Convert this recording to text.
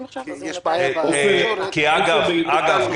אגב,